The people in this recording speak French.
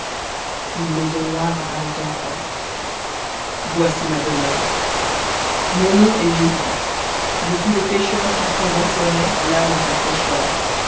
ne maison notre apparaît enno jyoiet ma demeam mon nom est jcsns je suis le pêcheur r qui prend dans ses rets l'âme en sa fraîcheur